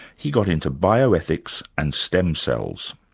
he got into bioethics and stem cells.